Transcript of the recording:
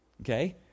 Okay